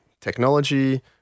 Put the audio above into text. technology